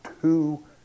two